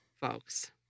folks